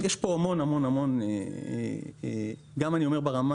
יש כאן המון, המון, המון שאלות גם ברמה